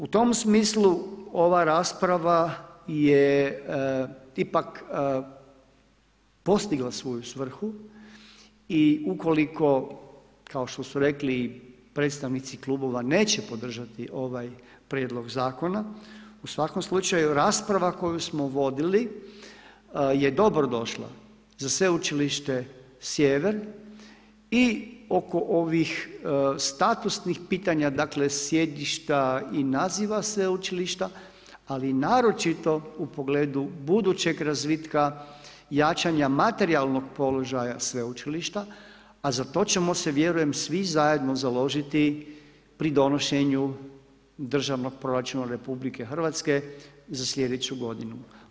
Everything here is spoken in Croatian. U tom smislu, ova rasprava je ipak postigla svoju svrhu i ukoliko, kao što su rekli predstavnici klubova, neće podržati ovaj prijedlog zakona, u svakom slučaju rasprava koju smo vodili je dobrodošla za Sveučilište Sjever i oko ovih statusnih pitanja, dakle sjedišta i naziva sveučilišta, ali naročito u pogledu budućeg razvitka jačanja materijalnog položaja sveučilišta, a za to ćemo se vjerujem svi zajedno založiti pri donošenju državnog proračuna RH za sljedeću godinu.